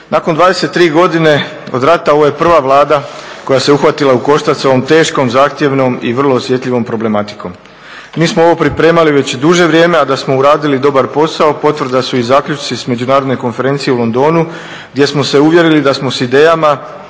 Nakon 23 godine od rata ovo je prva Vlada koja se uhvatila u koštac sa ovom teškom, zahtjevnom i vrlo osjetljivom problematikom. Mi smo ovo pripremali već duže vrijeme a da smo uradili dobar posao potvrda su i zaključci sa Međunarodne konferencije u Londonu gdje smo se uvjerili da smo sa idejama